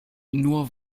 nur